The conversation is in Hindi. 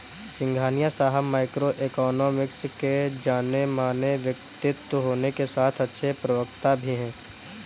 सिंघानिया साहब माइक्रो इकोनॉमिक्स के जानेमाने व्यक्तित्व होने के साथ अच्छे प्रवक्ता भी है